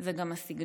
זה גם הסגנון,